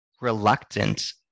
reluctant